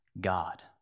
God